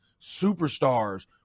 superstars